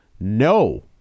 no